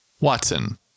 Watson